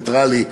נייטרלי,